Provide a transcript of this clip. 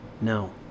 No